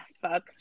Fuck